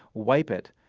wipe it,